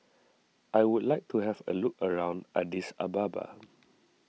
I would like to have a look around Addis Ababa